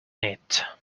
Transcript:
knit